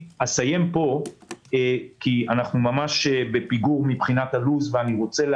אסיים פה כי אנחנו ממש בפיגור מבחינת לוח הזמנים.